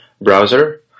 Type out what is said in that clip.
browser